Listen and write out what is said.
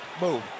move